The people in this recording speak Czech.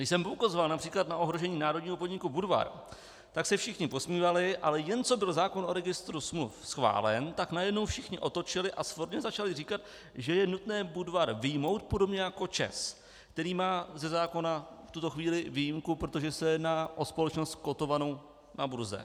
Když jsem poukazoval například na ohrožení národního podniku Budvar, tak se všichni posmívali, ale jen co byl zákon o registru smluv schválen, tak najednou všichni otočili a svorně začali říkat, že je nutné Budvar vyjmout podobně jako ČEZ, který má ze zákona v tuto chvíli výjimku, protože se jedná o společnost kotovanou na burze.